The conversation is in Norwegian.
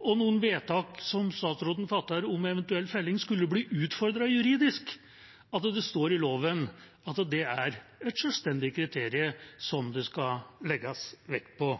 og noen vedtak som statsråden fatter om eventuell felling, skulle bli utfordret juridisk – at det står i loven at det er et selvstendig kriterium som det skal legges vekt på.